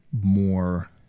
more